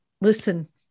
listen